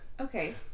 Okay